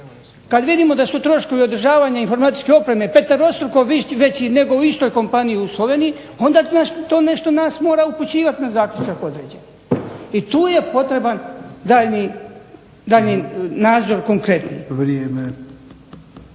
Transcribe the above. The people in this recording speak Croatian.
Kada vidimo da su troškovi održavanja informatičke opreme peterostruko veći nego u istoj kompaniji u Sloveniji, onda nas to na nešto mora upućivati na zaključak određeni. I tu je potreban daljnji nadzor konkretni. ...